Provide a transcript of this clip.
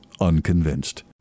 unconvinced